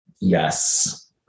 Yes